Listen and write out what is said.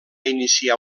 iniciar